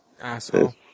Asshole